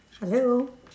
hello